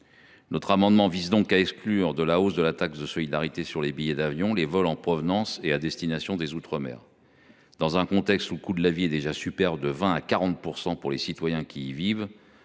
Notre amendement vise donc à exclure de la hausse de la taxe de solidarité sur les billets d’avion les vols en provenance et à destination des outre mer. Dans un contexte où le coût de la vie y est déjà supérieur de 20 % à 40 % par rapport à la métropole,